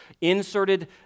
inserted